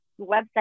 website